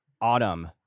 autumn